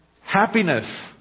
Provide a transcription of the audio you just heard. happiness